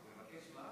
לבקש מה?